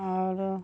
आओरो